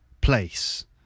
place